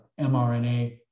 mRNA